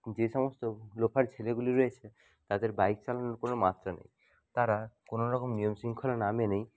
যে সমস্ত লোফার ছেলেগুলি রয়েছে তাদের বাইক চালানোর কোনো মাত্রা নেই তারা কোনো রকম নিয়ম শৃঙ্খলা না মেনেই